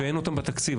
ואין אותם בתקציב,